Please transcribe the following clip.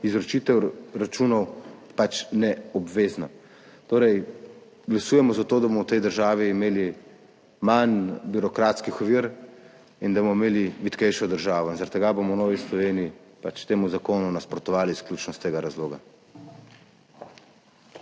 izročitev računov neobvezna. Glasujemo za to, da bomo v tej državi imeli manj birokratskih ovir in da bomo imeli vitkejšo državo. Zaradi tega bomo v Novi Sloveniji temu zakonu nasprotovali izključno iz tega razloga.